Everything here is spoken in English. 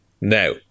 Now